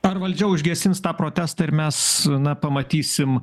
ar valdžia užgesins tą protestą ir mes na pamatysim